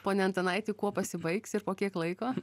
pone antanaiti kuo pasibaigs ir po kiek laiko